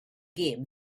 gêm